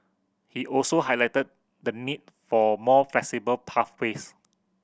he also highlighted the need for more flexible pathways